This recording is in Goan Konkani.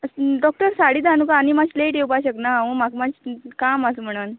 डॉक्टर साडे धांकन आनी मातशें लेट येवपाक शकना हांव म्हाका मातशें काम आसा म्हणोन